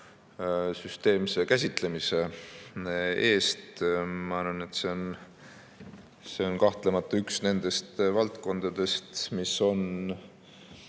süsteemse käsitlemise eest! Ma arvan, et see on kahtlemata üks valdkondadest, mis on